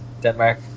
Denmark